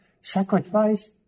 sacrifice